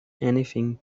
anything